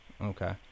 Okay